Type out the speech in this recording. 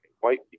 white